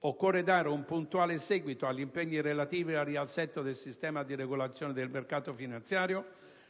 Occorre dare un puntuale seguito agli impegni relativi al riassetto del sistema di regolazione del mercato finanziario